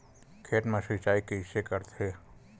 खेत मा सिंचाई कइसे करथे?